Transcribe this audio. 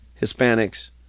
Hispanics